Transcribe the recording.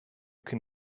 can